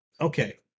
Okay